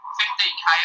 15k